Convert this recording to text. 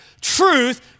Truth